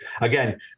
Again